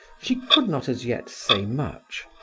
she could not as yet say much.